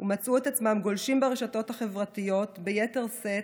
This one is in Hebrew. ומצאו את עצמם גולשים ברשתות החברתיות ביתר שאת,